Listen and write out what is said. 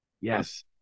Yes